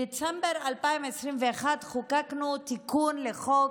בדצמבר 2021 חוקקנו תיקון לחוק